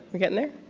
we getting there.